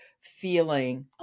feeling